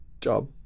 job